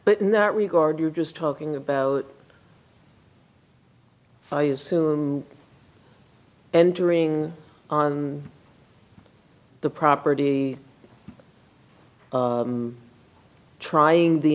but in that regard you're just talking about i assume entering on the property trying the